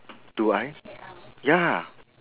do I ya